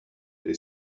they